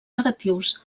negatius